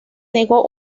negó